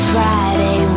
Friday